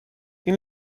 این